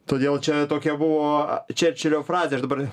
todėl čia tokia buvo čerčilio frazė aš dabar